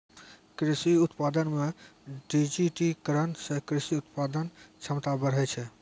कृषि उत्पादन मे डिजिटिकरण से कृषि उत्पादन क्षमता बढ़ै छै